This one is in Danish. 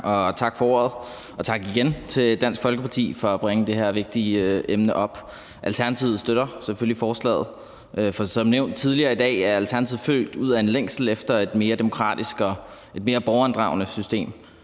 Tak for ordet, og igen tak til Dansk Folkeparti for at bringe det her vigtige emne op. Alternativet støtter selvfølgelig forslaget, for som nævnt tidligere i dag er Alternativet født ud af en længsel efter et mere demokratisk og et mere borgerinddragende system.